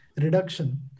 reduction